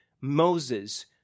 Moses